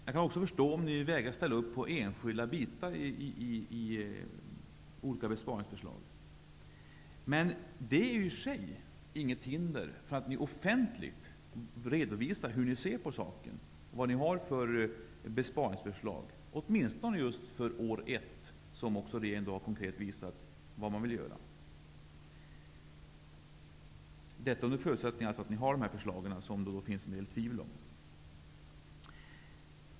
Jag kan också förstå om ni vägrar att ställa upp på enstaka bitar i olika besparingsförslag. Men det är ju i sig inget hinder för att offentligt redovisa hur ni ser på saken och vilka besparingsförslag ni har -- åtminstone för år ett, där regeringen i dag konkret visat vad man vill göra. Detta naturligtvis under förutsättning att ni har några förslag; det råder det visst tvivel om.